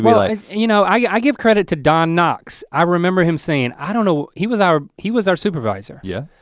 i you know i give credit to don knox. i remember him saying, i don't know, he was our he was our supervisor. yeah,